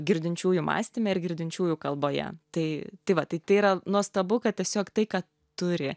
girdinčiųjų mąstyme ir girdinčiųjų kalboje tai tai va tai tai yra nuostabu kad tiesiog tai ką turi